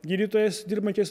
gydytojais dirbančiais